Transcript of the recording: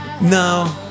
no